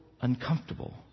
uncomfortable